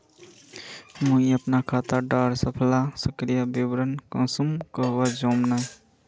मुई अपना खाता डार सबला सक्रिय विवरण कुंसम करे जानुम?